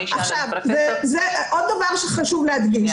ורבע מהאוכלוסייה היהודית מתחת לגיל 50. עוד דבר שחשוב להגיד,